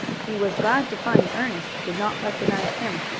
he was glad to find that ernest did not recognize him,